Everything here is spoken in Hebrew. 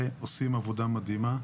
הם עושים עבודה מדהימה.